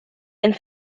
and